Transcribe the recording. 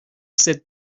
said